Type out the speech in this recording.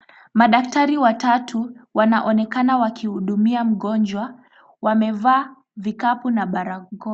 Madaktari watatu wanaonekana wakihudumia mgonjwa wamevaa vikapu na barakoa